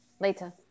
later